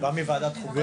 נכון?